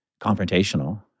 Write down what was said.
confrontational